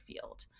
field